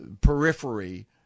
periphery